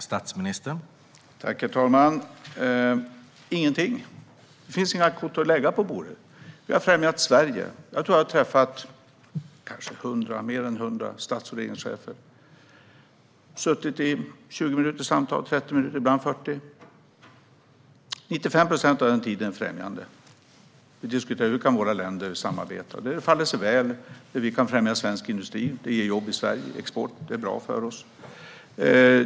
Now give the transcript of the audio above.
Herr talman! Vi har inte lovat någonting. Det finns inga kort att lägga på bordet. Vi har främjat Sverige. Jag tror att jag har träffat mer än 100 stats och regeringschefer och suttit i samtal i 20, 30 eller 40 minuter. Under 95 procent av tiden diskuterade vi hur våra länder kan samarbeta. Om vi kan främja svensk industri ger det jobb i Sverige och exportmöjligheter. Det är bra för oss.